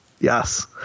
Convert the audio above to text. Yes